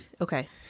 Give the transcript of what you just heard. Okay